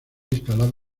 instalado